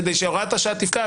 כדי שהוראת השעה תפקע,